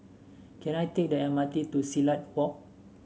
can I take the M R T to Silat Walk